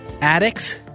addicts